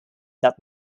that